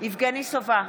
יבגני סובה,